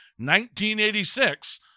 1986